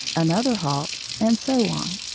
another halt, and so on.